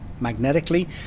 magnetically